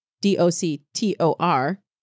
D-O-C-T-O-R